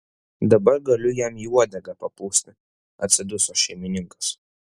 dabar galiu jam į uodegą papūsti atsiduso šeimininkas